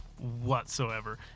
whatsoever